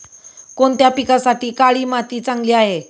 कोणत्या पिकासाठी काळी माती चांगली आहे?